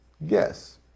Yes